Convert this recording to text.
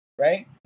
right